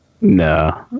No